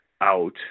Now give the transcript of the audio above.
out